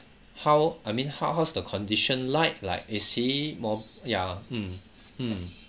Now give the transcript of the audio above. how I mean how how's the condition like like is he more yeah mm mm